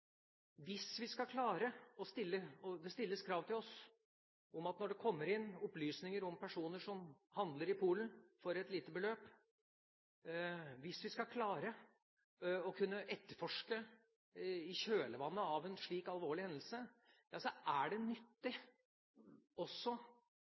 Hvis det stilles krav til oss om at det skal komme inn opplysninger om personer som handler i Polen for et lite beløp, og hvis vi skal klare å etterforske i kjølvannet av en slik alvorlig hendelse, er det også nyttig